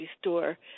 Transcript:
store